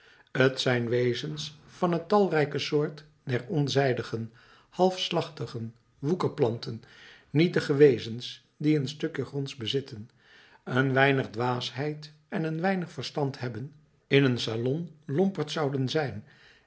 t zijn wezens van t talrijke soort der onzijdigen halfslachtigen woekerplanten nietige wezens die een stukje gronds bezitten een weinig dwaasheid en een weinig verstand hebben in een salon lomperds zouden zijn